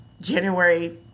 January